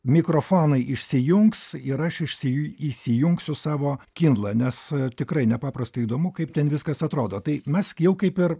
mikrofonai išsijungs ir aš išsiju įsijungsiu savo kindlą nes tikrai nepaprastai įdomu kaip ten viskas atrodo tai mes jau kaip ir